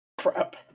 Crap